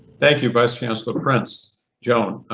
thank you vice chancellor prince joan.